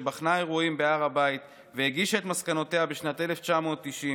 שבחנה אירועים בהר הבית והגישה את מסקנותיה בשנת 1990,